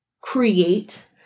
create